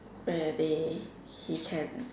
where they he can